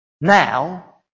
Now